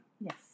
Yes